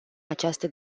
această